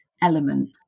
element